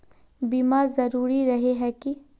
बीमा जरूरी रहे है की?